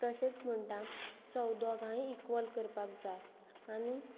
तशेंच म्हणटा सोदो दोगांय इक्वल करपाक जाय आनी